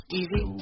easy